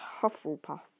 Hufflepuff